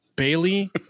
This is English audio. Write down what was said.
Bailey